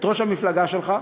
את ראש המפלגה שלך,